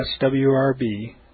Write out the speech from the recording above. swrb